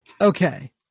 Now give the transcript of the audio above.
Okay